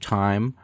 time